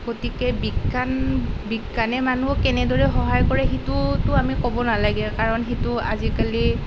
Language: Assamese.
গতিকে বিজ্ঞান বিজ্ঞানে মানুহক কেনেদৰে সহায় কৰে সেইটোতো আমি ক'ব নালাগে কাৰণ সেইটো আজিকালি